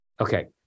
Okay